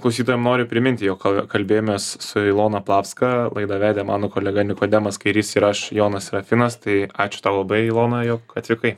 klausytojam noriu priminti jog kal kalbėjomės su ilona plavska laidą vedė mano kolega nikodemas kairys ir aš jonas serafinas tai ačiū tau labai ilona jog atvykai